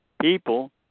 people